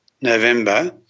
November